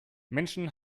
menschen